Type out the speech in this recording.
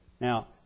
Now